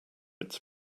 its